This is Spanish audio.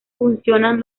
funcionan